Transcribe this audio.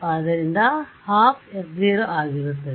ಆದ್ದರಿಂದ ಅದು 12 f 0ಆಗಿರುತ್ತದೆ